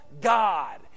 God